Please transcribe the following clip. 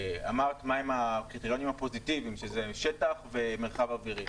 אמרת מה הם הקריטריונים הפוזיטיביים שזה שטח ומרחב אווירי.